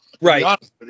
Right